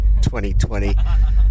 2020